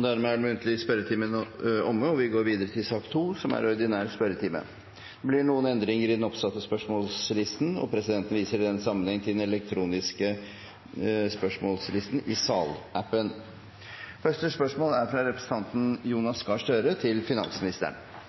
Dermed er den muntlige spørretimen omme, og vi går videre til den ordinære spørretimen. Det blir noen endringer i den oppsatte spørsmålslisten, og presidenten viser i den sammenheng til den elektroniske spørsmålslisten i salappen. De foreslåtte endringene i dagens spørretime foreslås godkjent. – Det anses vedtatt. Endringene var som følger: Spørsmål 2, fra representanten Gunvor Eldegard til